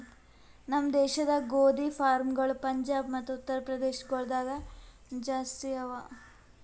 ನಮ್ ದೇಶದಾಗ್ ಗೋದಿ ಫಾರ್ಮ್ಗೊಳ್ ಪಂಜಾಬ್ ಮತ್ತ ಉತ್ತರ್ ಪ್ರದೇಶ ಗೊಳ್ದಾಗ್ ಜಾಸ್ತಿ ಅವಾ